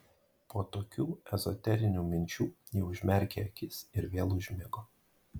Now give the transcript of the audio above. po tokių ezoterinių minčių ji užmerkė akis ir vėl užmigo